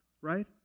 right